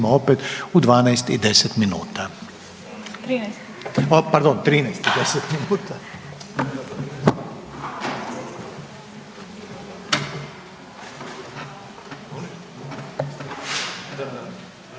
O pardon, 13 i 10 minuta.